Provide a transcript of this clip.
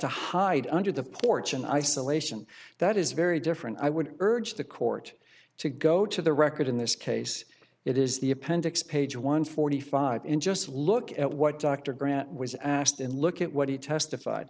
to hide under the porch in isolation that is very different i would urge the court to go to the record in this case it is the appendix page one forty five in just look at what dr grant was asked in look at what he testified